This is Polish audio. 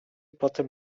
potem